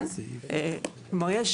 כלומר, יש